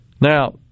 Now